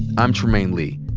i'm trymaine lee.